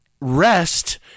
rest